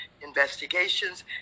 investigations